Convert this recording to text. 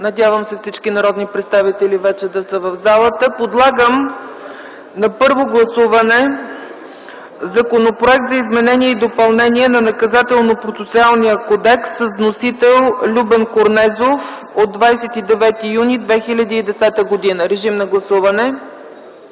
Надявам се всички народни представители вече да са в залата. Подлагам на първо гласуване Законопроекта за изменение и допълнение на Наказателно-процесуалния кодекс с вносител Любен Корнезов от 29 юни 2010 г. Гласували